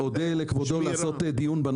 אני אודה לכבודו אם יקיים על כך דיון,